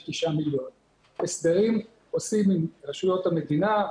הסדרים עושים עם רשויות המדינה,